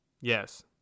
Yes